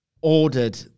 ordered